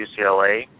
UCLA